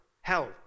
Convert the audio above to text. Hell